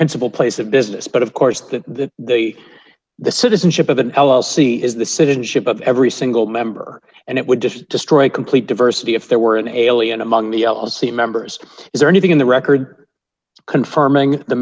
principal place of business but of course that they the citizenship of an l l c is the citizenship of every single member and it would just destroy complete diversity if there were an alien among the l l c members is there anything in the record confirming the